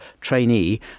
trainee